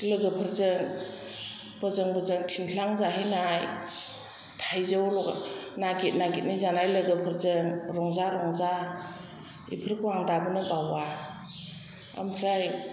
लोगोफोरजों बोजों बोजों थिनख्लां जाहैनाय थाइजौ नागेद नागेदनो जानाय लोगोफोरजों रंजा रंजा बेफोरखौ आं दाबोनो बावा ओमफ्राय